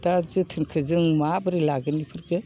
दा जोथोनखौ जों माबोरै लागोन बिफोरखौ